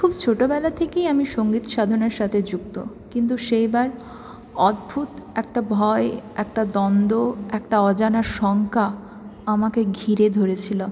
খুব ছোটবেলা থেকেই আমি সঙ্গীত সাধনার সাথে যুক্ত কিন্তু সেইবার অদ্ভূত একটা ভয় একটা দ্বন্দ্ব একটা অজানা শঙ্কা আমাকে ঘিরে ধরেছিল